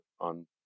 on